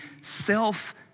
self